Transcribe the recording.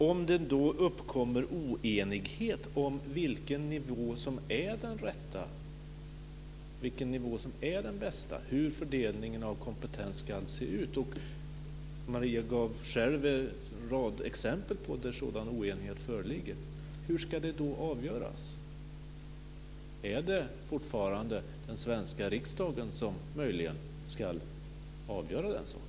Om det uppkommer oenighet om vilken nivå som är den rätta, den bästa och hur fördelningen av kompetens ska se ut - Maria Larsson gav själv exempel på där sådan oenighet föreligger - hur ska det då avgöras? Är det fortfarande den svenska riksdagen som möjligen ska avgöra den saken?